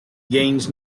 gains